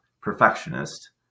perfectionist